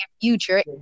future